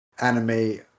anime